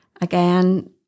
Again